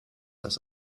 das